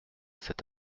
cet